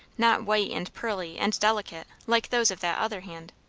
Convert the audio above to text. not white and pearly and delicate like those of that other hand.